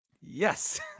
Yes